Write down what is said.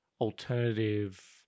alternative